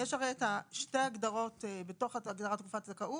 יש הרי שתי ההגדרות בתוך הגדרת תקופת זכאות,